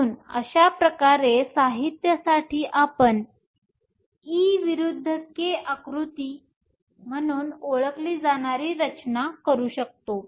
म्हणून अशा प्रकारे साहित्यासाठी आपण e विरुद्ध k आकृती म्हणून ओळखली जाणारी रचना करू शकता